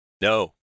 No